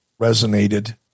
resonated